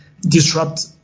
disrupt